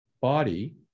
body